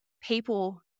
people